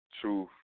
truth